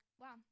Wow